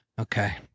okay